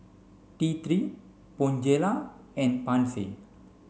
T three Bonjela and Pansy